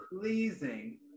pleasing